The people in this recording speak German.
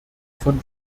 von